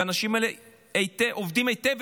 והאנשים האלה עובדים היטב,